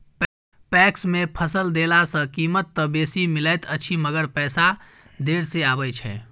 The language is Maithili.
पैक्स मे फसल देला सॅ कीमत त बेसी मिलैत अछि मगर पैसा देर से आबय छै